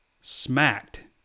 smacked